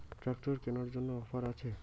Tractor কেনার জন্য offer আছে?